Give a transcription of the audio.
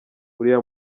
uriya